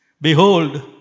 behold